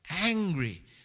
angry